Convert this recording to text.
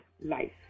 life